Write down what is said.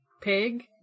pig